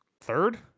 third